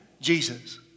Jesus